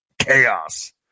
chaos